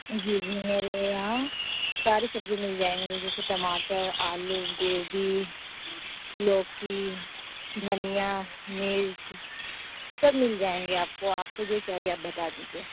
جی جی میرے یہاں ساری سبزی مل جائیں گی جیسے ٹماٹر آلو گوبھی لوکی دھنیا مرچ سب مل جائیں گی آپ کو آپ کو جو چاہیے بتا دیجیے